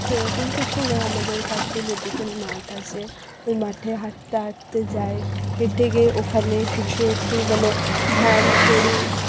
সেরকম কিছু না আমাদের পাশে মেডিকেল মাঠ আছে ওই মাঠে হাঁটতে হাঁটতে যাই হেঁটে গিয়ে ওখানে কিছু একটু মানে ধ্যান করি